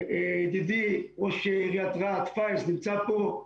ידידי, ראש עיריית רהט פאיז נמצא פה.